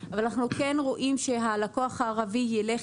אבל אנחנו כן רואים שהלקוח הערבי ילך